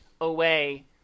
away